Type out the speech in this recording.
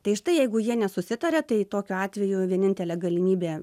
tai štai jeigu jie nesusitaria tai tokiu atveju vienintelė galimybė